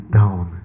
down